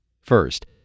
First